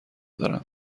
دارم